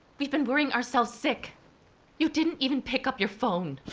we've been worrying ourselves sick you didn't even pick up your phone.